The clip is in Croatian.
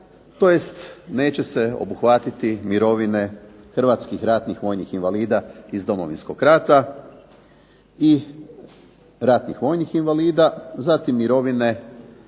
kn tj. neće se obuhvatiti mirovine hrvatskih ratnih vojnih invalida iz Domovinskog rata i ratnih vojnih invalida, zatim mirovine